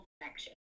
connection